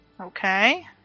Okay